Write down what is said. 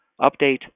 Update